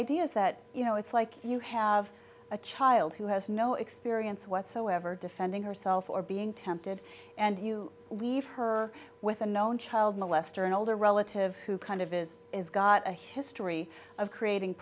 idea is that you know it's like you have a child who has no experience whatsoever defending herself or being tempted and you leave her with a known child molester an older relative who kind of is is got a history of creating